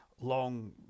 long